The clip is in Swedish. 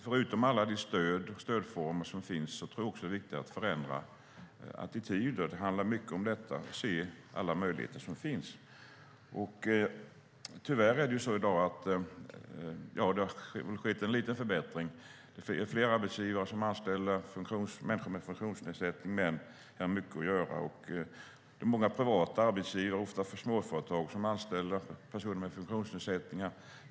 Förutom alla de stödformer som finns tror jag att det är viktigt att förändra attityder. Det handlar mycket om det, att se alla möjligheter som finns. Även om det har skett en liten förbättring, eftersom fler arbetsgivare anställer människor med funktionsnedsättning, finns det mycket att göra. Det är många privata arbetsgivare, ofta småföretag, som anställer personer med funktionsnedsättningar.